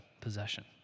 possession